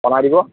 order দিব